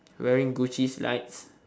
wearing gucci slides